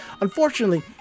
Unfortunately